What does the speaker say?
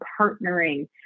partnering